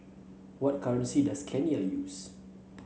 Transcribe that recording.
what currency does Kenya use